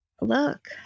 look